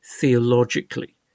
theologically